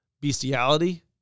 Bestiality